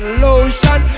lotion